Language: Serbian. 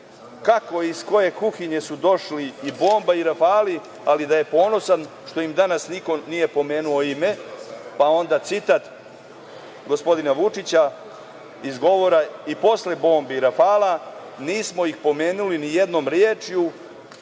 kako i iz koje kuhinje su došli i bomba i rafali, ali da je ponosan što im danas niko nije pomenuo ime, a onda citat gospodina Vučića iz govora –„ I posle bombi i rafala nismo ih pomenuli. Nijednom rečju